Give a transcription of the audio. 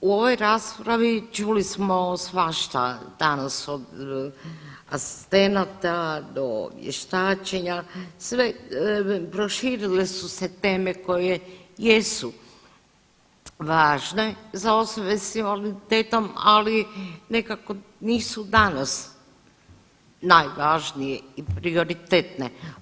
U ovoj raspravi čuli smo svašta danas od asistenata do vještačenja, proširile su se teme koje jesu važne za osobe s invaliditetom, ali nekako nisu danas najvažnije i prioritetne.